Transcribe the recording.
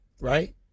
right